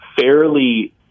fairly